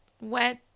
wet